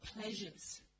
pleasures